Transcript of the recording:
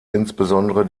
insbesondere